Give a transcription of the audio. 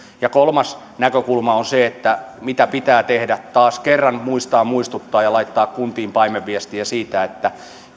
kolmas näkökulma on se mitä pitää tehdä taas kerran pitää muistaa muistuttaa ja laittaa kuntiin paimenviestiä siitä että